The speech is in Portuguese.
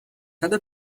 cada